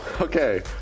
Okay